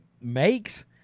makes